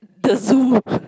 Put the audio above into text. the zoo